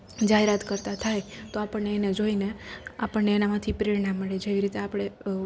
જાહેરાત કરતાં થાય તો આપણને એને જોઈને આપણને એનામાંથી પ્રેરણા મળે જેવી રીતે આપડે